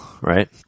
right